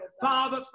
Father